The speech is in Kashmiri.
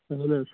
اہَن حظ